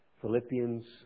Philippians